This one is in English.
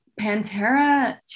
Pantera